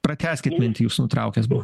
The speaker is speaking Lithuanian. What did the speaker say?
pratęskit mintį jūs nutraukęs buvot